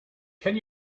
can